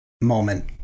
moment